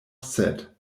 set